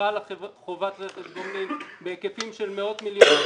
חלה חובת רכש גומלין בהיקפים של מאות מיליונים,